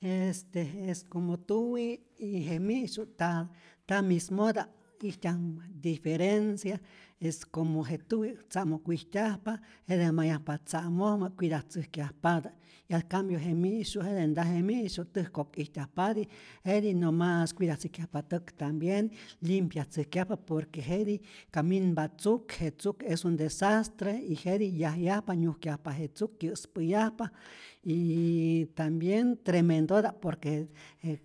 Este es como tuwi y je misyu' ta nta mismota'p, ijtyaj diferencia, es como je tuwi tza'mok wijtyajpa, jete mayajpa tzamojmä cuidatzäjkyajpatä, y al cambio je mi'syu jete nta, je mi'syu täjkok ijtyajpati jetij nomas cuidatzäjkyajpa täk, tambien lyimpyatzäjkyajpa por que jetij ka minpa tzuk je tzuk es un desastre y jetij yajyajpa nyujkyajpa je tzuk kyä'spä'yajpa, yyyy tambien tremendota'p por que je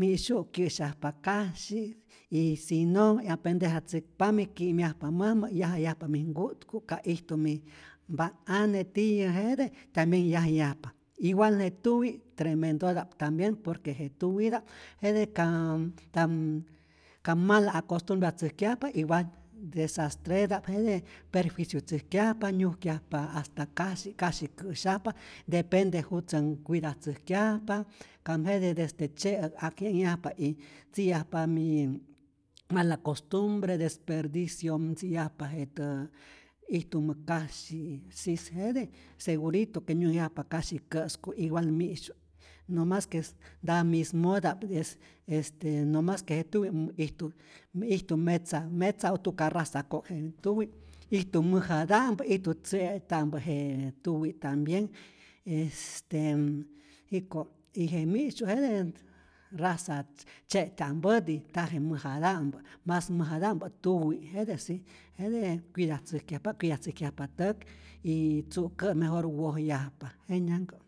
mi'syu' kyä'syajpa kasyi y si no 'yapendejatzäkpamij ki'myajpa mäjmä, yajayajpa mij nku'tku, ka ijtu mij mpanhane tiyä, jete tambien yajayajpa, igual je tuwi' tremendota't tambien, por que je tuwita'p jete ka kam mal acostumbratzäjkyajpa igual desastreta'p, jete perjuicio tzäjkyajpa, nyujkyajpa hasta kasyi, kasyi kä'syajpa, depende jutzä ncuidatzäjkyajpa, kam jete desde tzye'äk ak ye'nyajpa y ntzi'yajpamij mala costumbre, despediciom ntzi'yajpa jetä ijtumä kasyi sis, jete segurito que nyunhyajpa kasyi kä'sku, igual mi'syu' nomas ques nta mismota'p y es este no mas que je tuwi ijtu ijtu metza metza o tuka raza ko'k, je tuwi mäjata'mpä, ijtu tze'ta'mpä j tuwi tambien este jiko' y je mi'syu' jete raza tzye'tyampäti, ntaje mäjata'mpä mas mäjata'mpä' tuwi' jete si jete cuidatzäjkyajpatä cuidatzäjkyajpa täk y tzu'kä' mejor wojyajpa, jenyankä'.